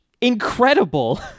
incredible